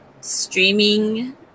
streaming